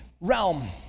realm